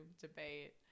debate